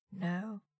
No